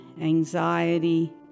anxiety